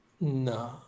No